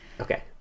Okay